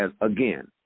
again